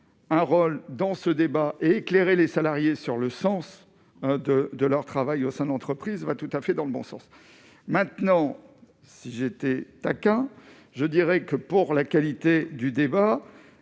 un rôle dans ce débat éclairé les salariés sur le sens de de leur travail au sein d'entreprises va tout à fait dans le bon sens maintenant si j'étais taquin, je dirais que pour la qualité du débat,